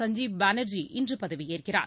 சஞ்சீப் பானர்ஜி இன்று பதவியேற்கிறார்